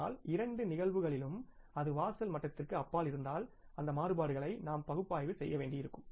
ஆனால் இரண்டு நிகழ்வுகளிலும் அது வாசல் மட்டத்திற்கு அப்பால் இருந்தால் அந்த மாறுபாடுகளை நாம் பகுப்பாய்வு செய்ய வேண்டியிருக்கும்